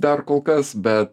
dar kol kas bet